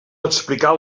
explicar